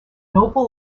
nobel